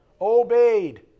Obeyed